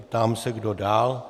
Ptám se, kdo dál?